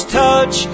touch